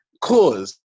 Cause